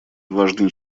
важный